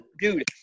Dude